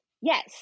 yes